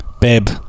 Babe